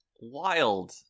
wild